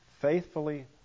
faithfully